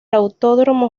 autódromo